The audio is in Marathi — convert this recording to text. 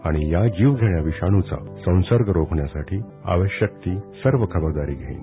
आणि या जीवघेण्या विषाणूचा संसर्ग रोखण्यासाठी आवश्यक ती सर्व खबरदारी घेईल